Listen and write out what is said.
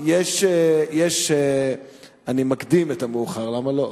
אני מקדים את המאוחר, למה לא?